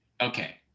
Okay